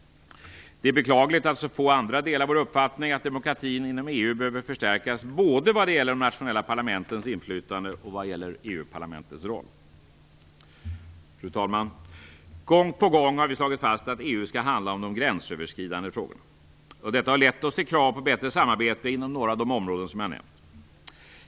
Det är beklagligt att så få andra delar vår uppfattning att demokratin inom EU behöver förstärkas både vad gäller de nationella parlamentens inflytande och vad gäller EU Fru talman! Gång på gång har vi slagit fast att EU skall handla om de gränsöverskridande frågorna. Detta har lett oss till krav på bättre samarbete inom några av de områden som jag nämnt.